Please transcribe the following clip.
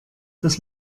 das